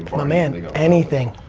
my man, anything,